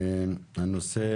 הנושא,